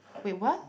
wait what